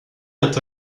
est